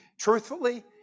truthfully